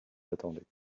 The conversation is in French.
j’attendais